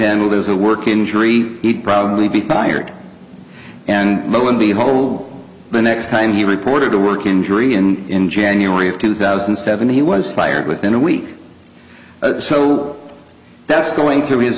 handled as a work injury he'd probably be fired and lo and behold the next time he reported to work injury and in january of two thousand and seven he was fired within a week so that's going through his